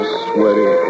sweaty